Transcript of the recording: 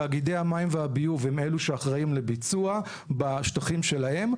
תאגידי המים והביוב הם אלו שאחראים לביצוע בשטחים שלהם,